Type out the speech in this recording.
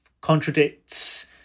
contradicts